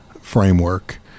framework